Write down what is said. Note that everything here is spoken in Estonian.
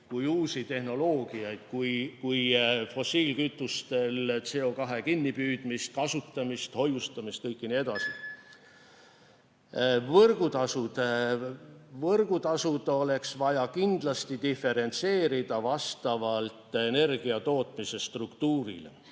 uusi tehnoloogiaid kui ka fossiilkütuste puhul CO2kinnipüüdmist, kasutamist, hoiustamist. Võrgutasud oleks vaja kindlasti diferentseerida vastavalt energiatootmise struktuurile.